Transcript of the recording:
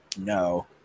No